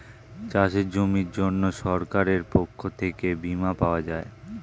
চাষের জমির জন্য সরকারের পক্ষ থেকে বীমা পাওয়া যায়